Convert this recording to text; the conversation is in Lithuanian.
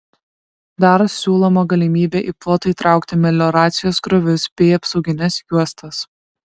dar siūloma galimybė į plotą įtraukti melioracijos griovius bei apsaugines juostas